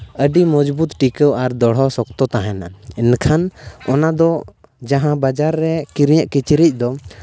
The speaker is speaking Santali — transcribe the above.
ᱟᱹᱰᱤ ᱢᱚᱡᱽᱵᱩᱛ ᱴᱤᱠᱟᱹ ᱟᱨ ᱫᱚᱦᱲᱟ ᱥᱚᱠᱛᱚ ᱛᱟᱦᱮᱱᱟ ᱮᱱᱠᱷᱟᱱ ᱚᱱᱟᱫᱚ ᱡᱟᱦᱟᱸ ᱵᱟᱡᱟᱨ ᱨᱮ ᱠᱤᱨᱤᱧᱟᱜ ᱠᱤᱪᱨᱤᱡ ᱫᱚ